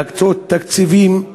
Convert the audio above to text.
להקצות תקציבים,